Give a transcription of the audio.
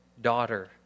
daughter